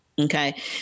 Okay